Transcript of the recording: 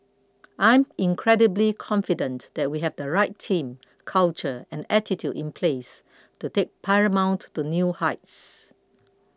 I'm incredibly confident that we have the right team culture and attitude in place to take Paramount to new heights